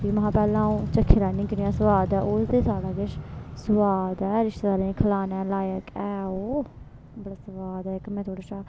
महां अ'ऊं पैह्ला चक्खी लैन्नी कनेहा सुआद ऐ ओह् ते सारा किश सुआद ऐ रिश्तेदारे दे खलाने दे लायक ऐ ओह् बड़ा सुआद ऐ इक में थुआढ़े शा